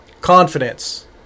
Confidence